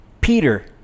Peter